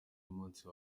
y’umunsi